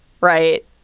right